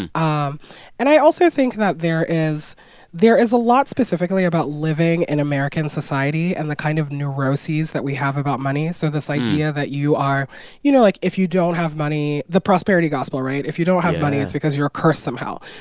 and um and i also think that there is there is a lot specifically about living in american society and the kind of neuroses that we have about money. so this idea that you are you know, like, if you don't have money the prosperity gospel, right? yeah if you don't have money, it's because you're a curse somehow,